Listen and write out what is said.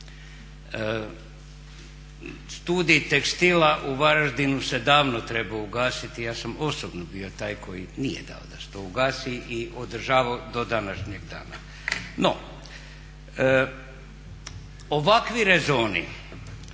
Studij tekstila u Varaždinu se davno trebao ugasiti, ja sam osobno bio taj koji nije dao da se to ugasi i održavao do današnjeg dana. No, ovakvi rezoni